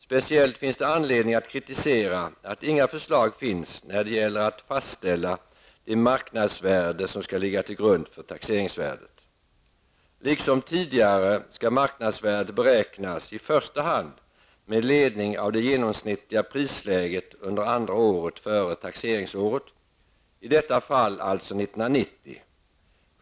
Speciellt finns det anledning att kritisera att inga förslag finns när det gäller att fastställa det marknadsvärde som skall ligga till grund för taxeringsvärdet. Liksom tidigare skall marknadsvärdet beräknas i första hand med ledning av det genomsnittliga prisläget under andra året före taxeringsåret, i detta fall alltså 1990.